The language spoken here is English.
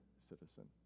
citizen